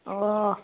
अ